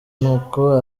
nuko